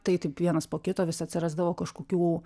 tai taip vienas po kito vis atsirasdavo kažkokių